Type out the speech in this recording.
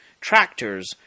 tractors